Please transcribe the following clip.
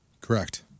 Correct